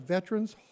Veterans